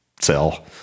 sell